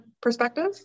perspective